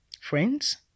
Friends